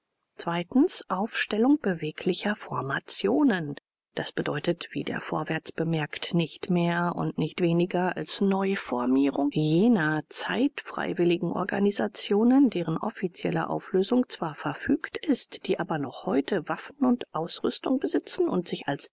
aufstellung beweglicher formationen das bedeutet wie der vorwärts bemerkt nicht mehr und nicht weniger als neuformierung jener zeitfreiwilligen-organisationen deren offizielle auflösung zwar verfügt ist die aber noch heute waffen und ausrüstung besitzen und sich als